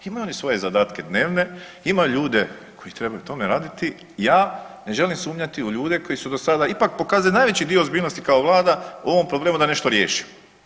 Imaju oni svoje zadatke dnevne, imaju ljude koji trebaju na tome raditi, ja ne želim sumnjati u ljude koji su do sada ipak pokazali najveći dio ozbiljnosti kao vlada u ovom problemu da nešto riješi.